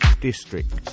district